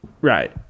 Right